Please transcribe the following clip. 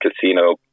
casino